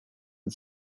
and